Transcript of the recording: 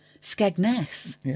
Skegness